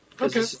okay